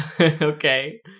Okay